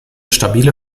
stabile